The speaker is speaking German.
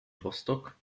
rostock